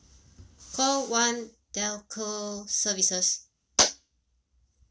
call one telco services